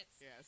Yes